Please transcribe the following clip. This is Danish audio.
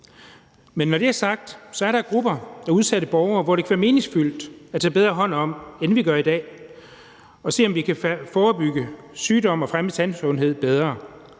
det. Når det er sagt, er der grupper af udsatte borgere, som det kan være meningsfyldt at tage bedre hånd om, end vi gør i dag, og det kan være meningsfyldt at se, om vi kan forebygge sygdomme og fremme tandsundhed bedre.